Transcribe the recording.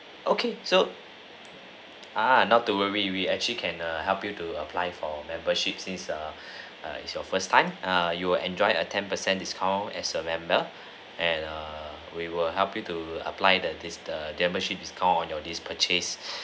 okay so ah not to worry we actually can err help you to apply for membership since err err it's your first time err you will enjoy a ten percent discount as a member and err we will help you to apply that this the membership discount on your this purchase